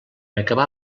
acabar